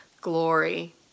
glory